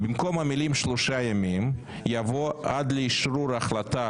במקום המילים 'שלושה ימים' יבוא 'עד לאישור ההחלטה